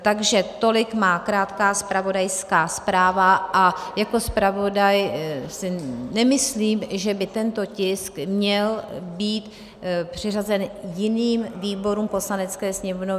Takže tolik má krátká zpravodajská zpráva a jako zpravodaj si nemyslím, že by tento tisk měl být přiřazen jiným výborům Poslanecké sněmovny.